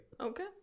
okay